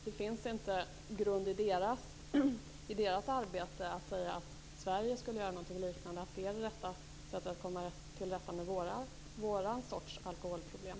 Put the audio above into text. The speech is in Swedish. Det finns ingen grund för att utifrån deras arbete säga att Sverige skulle göra någonting liknande, att det vore det rätta sättet att komma till rätta med vår sorts alkoholproblem.